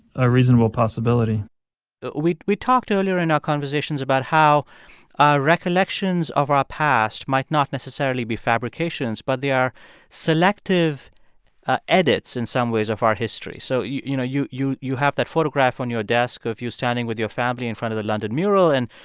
ah reasonable possibility we we talked earlier in our conversations about how our recollections of our past might not necessarily be fabrications, but they are selective ah edits in some ways of our history. so, you you know, you you have that photograph on your desk of you standing with your family in front of the london mural. and,